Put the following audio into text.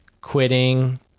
quitting